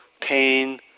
pain